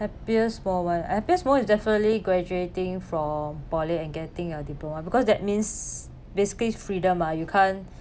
happiest moment my happiest moment is definitely graduating from poly and getting a diploma because that means basically it's freedom ah you can't